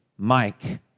Mike